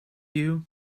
you